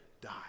Die